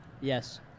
Yes